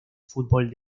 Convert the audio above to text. fútbol